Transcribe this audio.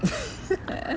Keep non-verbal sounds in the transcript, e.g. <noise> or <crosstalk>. <laughs>